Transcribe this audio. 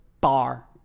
Bar